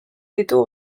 ditu